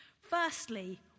Firstly